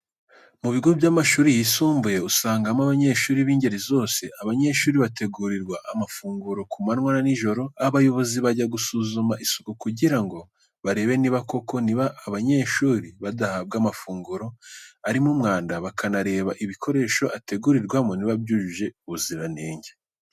Mu bigo by'amashuri yisumbuye, usangamo abanyeshuri bingeri zose. Abanyeshuri bategurirwa amafunguro ku manwa na nijoro. Abayobozi bajya gusuzuma isuku kugira ngo barebe niba koko niba abanyeshuri badahabwa amafunguro arimo umwanda, bakanareba ibikoresho ategurirwamo niba byujuje ubuziranenge.